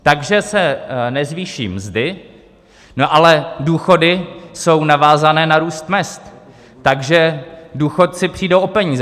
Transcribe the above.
Takže se nezvýší mzdy, ale důchody jsou navázané na růst mezd, takže důchodci přijdou o peníze.